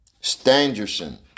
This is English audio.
Stangerson